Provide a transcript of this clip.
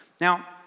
Now